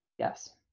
Yes